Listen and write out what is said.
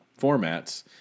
formats